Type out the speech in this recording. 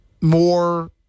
more